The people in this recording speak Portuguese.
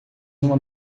uma